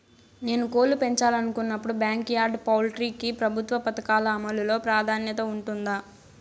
నేను కోళ్ళు పెంచాలనుకున్నపుడు, బ్యాంకు యార్డ్ పౌల్ట్రీ కి ప్రభుత్వ పథకాల అమలు లో ప్రాధాన్యత ఉంటుందా?